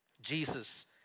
Jesus